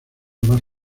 más